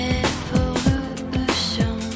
evolution